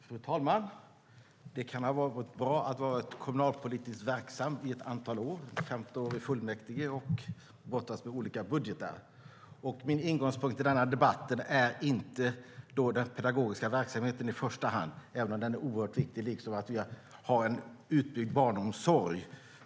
Fru talman! Det kan vara bra att ha varit kommunalpolitiskt verksam i ett antal år, 15 år i fullmäktige, och att ha brottats med olika budgetar. Min ingång i denna debatt är inte i första hand den pedagogiska verksamheten, även om den är oerhört viktig, liksom att vi har en utbyggd barnomsorg.